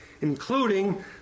including